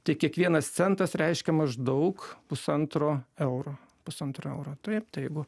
tai kiekvienas centas reiškia maždaug pusantro euro pusantro euro taip tai jeigu